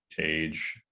age